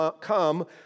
come